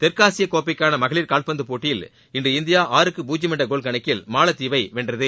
தெற்காசிய கோப்பைக்கான மகளிர் காவ்பந்து போட்டியில் இன்று இந்தியா ஆறுக்கு பூஜ்ஜியம் என்ற கோல் கணக்கில் மாலத்தீவை வென்றது